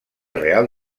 real